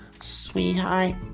Sweetheart